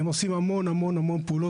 הם עושים המון פעולות.